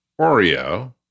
Oreo